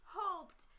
hoped